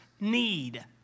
need